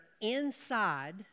inside